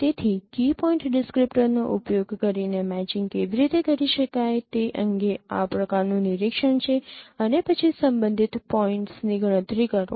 તેથી key point ડિસ્ક્રીપ્ટરનો ઉપયોગ કરીને મેચિંગ કેવી રીતે કરી શકાય તે અંગે આ પ્રકારનું નિરીક્ષણ છે અને પછી સંબંધિત પોઇન્ટ્સની ગણતરી કરો